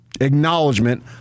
Acknowledgement